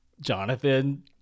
Jonathan